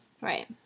Right